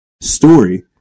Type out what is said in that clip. story